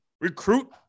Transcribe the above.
Recruit